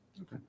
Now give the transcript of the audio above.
Okay